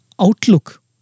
outlook